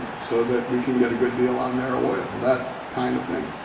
so that we can get a good deal on their oil, that kind of thing.